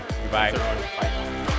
Goodbye